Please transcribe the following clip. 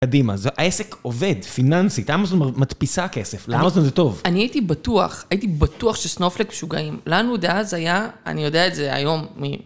העסק עובד, פיננסית, אמזון מדפיסה כסף, ל... זה טוב. אני הייתי בטוח, הייתי בטוח שסנופלייק משוגעים. לנו דאז היה, אני יודע את זה היום.